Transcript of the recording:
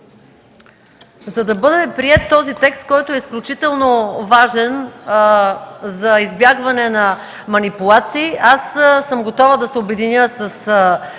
За да бъде приет този текст, който е изключително важен за избягване на манипулации, съм готова да се обединя с